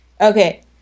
Okay